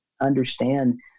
understand